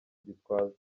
gitwaza